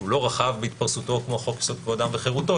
שהוא לא רחב בהתפרסותו כמו חוק-יסוד: כבוד אדם וחירותו,